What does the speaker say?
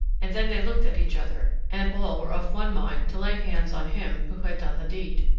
and then they looked at each other, and all were of one mind to lay hands on him who had done the deed,